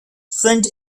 friend